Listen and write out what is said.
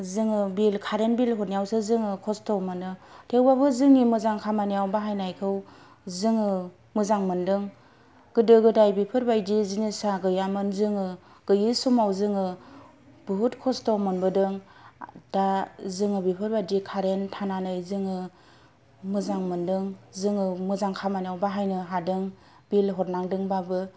जोङो bill current bill हरनायावसो खस्थ' मोनो थेवब्लाबो जोंनि मोजां खामानियाव बाहायनायखौ जोङो मोजां मोनदों गोदो गोदाय बेफोरबायदि जिनिसा गैयामोन जोङो गैयि समाव जोङो बहुथ खस्थ' मोनबोदों दा जोङो बेफोरबायदि कारेन्ट थानानै जोङो मोजां मोन्दों जोङो मोजां खामानियाव बाहायनो हादों बिल हरनांदोंब्लाबो